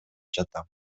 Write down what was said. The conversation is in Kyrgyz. жатам